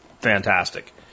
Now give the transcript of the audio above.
Fantastic